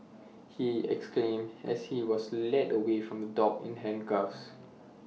he exclaimed as he was led away from the dock in handcuffs